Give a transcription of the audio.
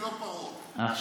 יש